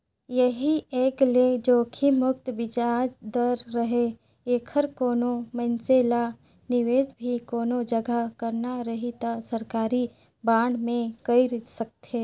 ऐही एंग ले जोखिम मुक्त बियाज दर रहें ऐखर कोनो मइनसे ल निवेस भी कोनो जघा करना रही त सरकारी बांड मे कइर सकथे